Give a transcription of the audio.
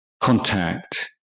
contact